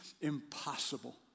impossible